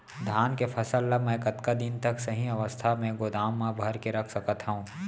धान के फसल ला मै कतका दिन तक सही अवस्था में गोदाम मा भर के रख सकत हव?